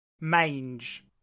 mange